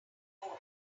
boring